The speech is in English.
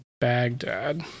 baghdad